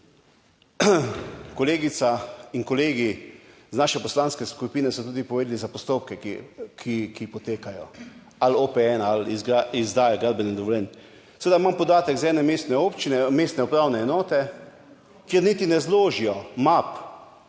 kolegica in kolegi iz naše poslanske skupine so tudi povedali za postopke, ki potekajo, ali OPN ali izdajo gradbenih dovoljenj. Seveda imam podatek iz ene mestne občine, mestne upravne enote, kjer niti ne zložijo map